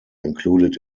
included